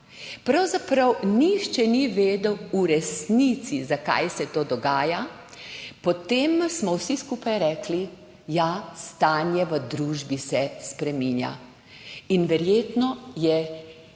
Pravzaprav nihče ni v resnici vedel, zakaj se to dogaja. Potem smo vsi skupaj rekli, ja, stanje v družbi se spreminja. In verjetno je